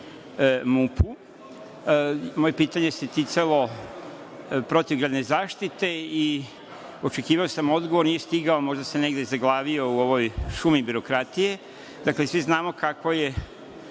Moje pitanje se ticalo protivgradne zaštite i očekivao sam odgovor, nije stigao, možda se negde zaglavio u ovoj šumi birokratije. Dakle, svi znamo kakvoj je